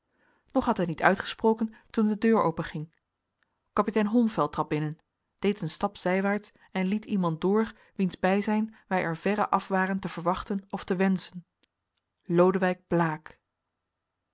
nog had hij niet uitgesproken toen de deur openging kapitein holmfeld trad binnen deed een stap zijwaarts en liet iemand door wiens bijzijn wij er verre af waren te verwachten of te wenschen lodewijk blaek